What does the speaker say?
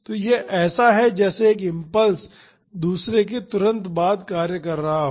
तो यह ऐसा है जैसे एक इम्पल्स दूसरे के तुरंत बाद कार्य कर रहा हो